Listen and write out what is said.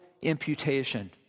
imputation